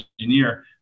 engineer